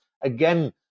again